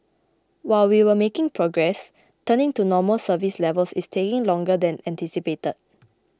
while we are making progress returning to normal service levels is taking longer than anticipated